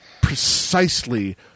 precisely